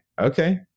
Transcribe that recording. okay